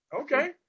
Okay